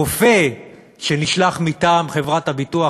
הרופא שנשלח מטעם חברת הביטוח,